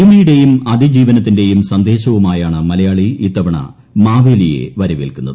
ഒരുമയുടെയും അതിജീവനത്തിന്റെയും സന്ദേശവുമായാണ് മലയാളി ഇത്തവണ മാവേലിയെ വരവേൽക്കുന്നത്